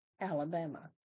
Alabama